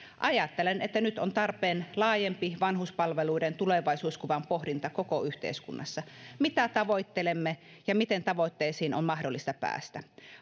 ajattelen että nyt on tarpeen laajempi vanhuspalveluiden tulevaisuuskuvan pohdinta koko yhteiskunnassa mitä tavoittelemme ja miten tavoitteisiin on mahdollista päästä